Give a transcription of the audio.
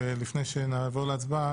ולפני שנעבור להצבעה,